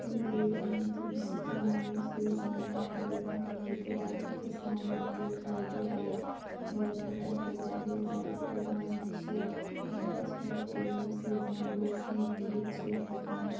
تہٕ بیٚیہِ کَرٮ۪ن تِم سِکیٖم یِمو سۭتۍ زَنہٕ عام لُکَن فٲیِدٕ واتہِ کِسانَن تہِ فٲیِدٕ واتہِ گورمٮ۪نٛٹَن کٔرۍ واریاہ زیادٕ پرٛوگرام نَشِر ریڈیوَس پٮ۪ٹھ تہِ ییٚمہِ سۭتۍ زَنہٕ لُکھ گَرِ بِہِتھ چھِ ہٮ۪کان